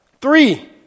Three